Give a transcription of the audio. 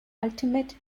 ultimate